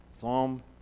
psalm